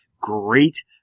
Great